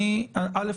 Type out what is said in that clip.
א',